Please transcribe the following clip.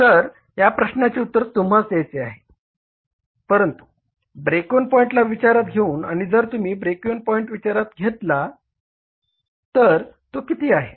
तर या प्रश्नाचे उत्तर तुम्हास द्यायचे आहे परंतु ब्रेक इव्हन पॉइंटला विचारात घेऊन आणि जर तुम्ही ब्रेक इव्हन पॉइंट विचारात घेतला तर तो किती आहे